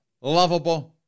lovable